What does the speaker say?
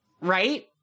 Right